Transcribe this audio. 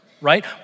right